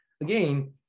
again